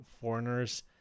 foreigners